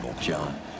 John